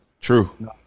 True